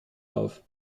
auf